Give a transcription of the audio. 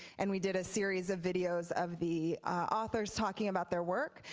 and we did a series of videos of the authors talking about their work.